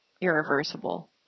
irreversible